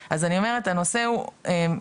מגדריות.